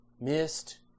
missed